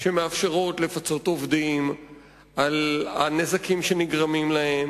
שמאפשרות לפצות עובדים על נזקים שנגרמים להם,